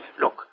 Look